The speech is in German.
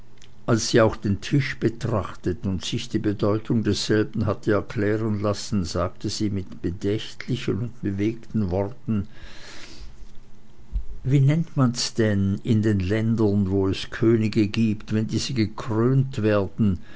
als sie auch den tisch betrachtet und sich die bedeutung desselben hatte erklären lassen sagte sie mit bedächtlichen und bewegten worten wie nennt man's denn in den ländern wo es könige gibt wenn diese gekrönt werden